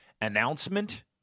announcement